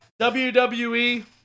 WWE